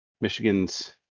Michigan's